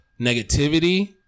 negativity